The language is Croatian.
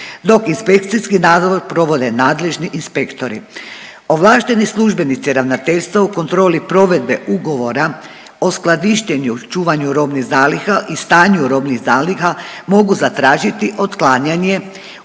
dok inspekcijski nadzor provode nadležni inspektori. Ovlašteni službenici ravnateljstva u kontroli provedbe ugovora o skladištenju i čuvanju robnih zaliha i stanju robnih zaliha mogu zatražiti otklanjanje